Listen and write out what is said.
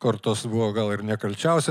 kortos buvo gal ir nekalčiausia